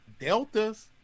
Deltas